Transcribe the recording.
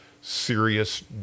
serious